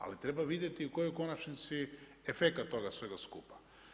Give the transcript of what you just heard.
Ali treba vidjeti koji je u konačnici efekat toga svega skupa.